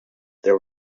there